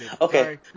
Okay